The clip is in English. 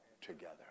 together